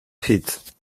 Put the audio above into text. hit